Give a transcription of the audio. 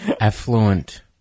Affluent